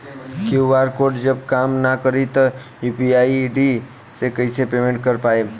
QR code जब काम ना करी त यू.पी.आई आई.डी से कइसे पेमेंट कर पाएम?